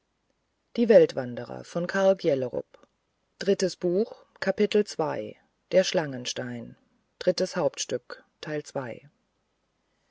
der schlangenstein drittes hauptstück